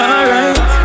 Alright